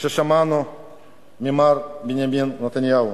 ששמענו ממר בנימין נתניהו.